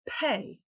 pay